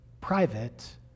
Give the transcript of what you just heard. private